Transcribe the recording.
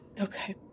Okay